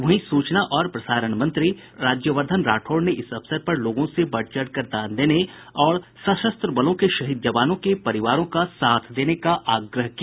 वहीं सूचना और प्रसारण मंत्री कर्नल राज्यवर्द्धन राठौड़ ने इस अवसर पर लोगों से बढ़ चढ़कर दान देने और सशस्त्र बलों के शहीद जवानों के परिवारों का साथ देने का आग्रह किया